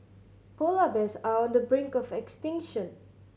polar bears are on the brink of extinction